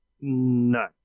No